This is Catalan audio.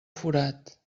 forat